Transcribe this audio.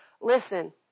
listen